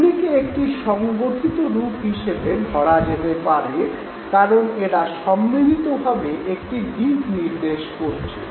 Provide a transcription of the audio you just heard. এগুলিকে একটি সংগঠিত রূপ হিসেবে ধরা যেতে পারে কারন এরা সম্মিলিতভাবে একটি দিক নির্দেশ করছে